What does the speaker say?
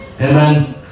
Amen